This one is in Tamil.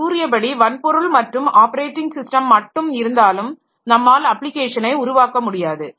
நான் கூறியபடி வன்பொருள் மற்றும் ஆப்பரேட்டிங் ஸிஸ்டம் மட்டும் இருந்தாலும் நம்மால் அப்ளிகேஷனை உருவாக்க முடியாது